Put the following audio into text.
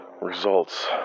results